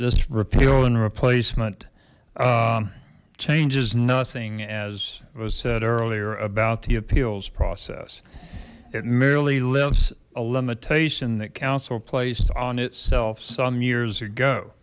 this repeal and replacement changes nothing as was said earlier about the appeals process it merely lifts a limitation the council placed on itself some years ago